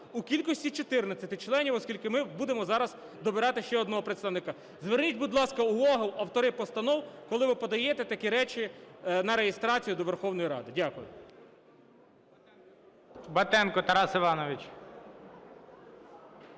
у кількості 14 членів, оскільки ми будемо зараз добирати ще одного представника. Зверніть, будь ласка, увагу, автори постанов, коли ви подаєте такі речі на реєстрацію до Верховної Ради. Дякую.